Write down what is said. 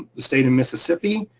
the state of mississippi